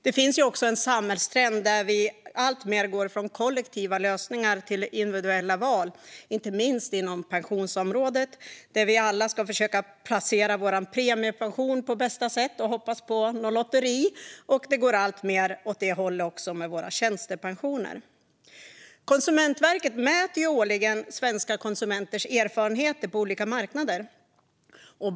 Det finns också en samhällstrend där vi alltmer går från kollektiva lösningar till individuella val - inte minst inom pensionsområdet, där vi alla ska försöka placera vår premiepension på bästa sätt och hoppas på något lotteri. Det går också alltmer åt det hållet med våra tjänstepensioner. Konsumentverket mäter årligen svenska konsumenters erfarenheter på olika marknader.